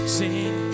sing